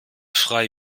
frei